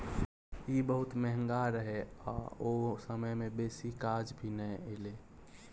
ई बहुत महंगा रहे आ ओ समय में बेसी काज भी नै एले